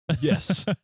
yes